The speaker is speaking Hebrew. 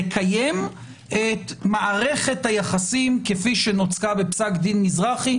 לקיים את מערכת היחסים כפי שנוצקה בפסק דין מזרחי,